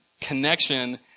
connection